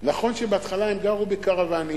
נכון שבהתחלה הם גרו בקרוונים,